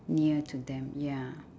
near to them ya